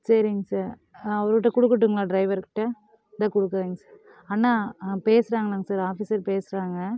சரிங்க சார் ஆ அவர்கிட்ட கொடுக்கட்டுங்களா ட்ரைவர்கிட்ட தோ கொடுக்குறேங்க சார் அண்ணா ஆ பேசுறாங்கண்ணா சார் ஆஃபிஸ்ஸர் பேசுறாங்க